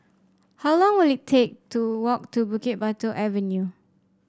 how long will it take to walk to Bukit Batok Avenue